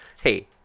Hey